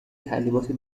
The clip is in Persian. تعلیمات